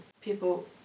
People